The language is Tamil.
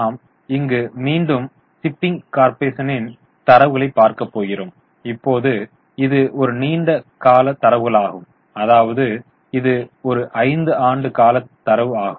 நாம் இங்கு மீண்டும் ஷிப்பிங் கார்பொரேஷனின் தரவுகளை பார்க்க போகிறோம் இப்போது இது ஒரு நீண்ட கால தரவுகளாகும் அதாவது இது ஒரு 5 ஆண்டு கால தரவு ஆகும்